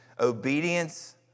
Obedience